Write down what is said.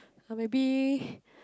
oh maybe